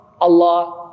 Allah